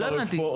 לא הבנתי.